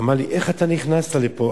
אמר לי: איך אתה נכנסת לפה?